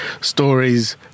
stories